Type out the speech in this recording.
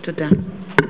תודה.